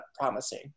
promising